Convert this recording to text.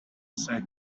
say